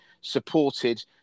supported